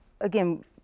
again